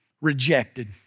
Rejected